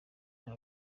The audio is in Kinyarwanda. nka